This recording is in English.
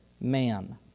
man